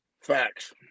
Facts